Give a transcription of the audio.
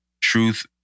truth